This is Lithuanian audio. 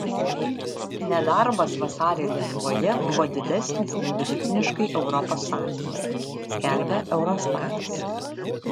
nedarbas vasarį lietuvoje buvo didesnis nei vidutiniškai europos sąjungoje skelbia eurostatas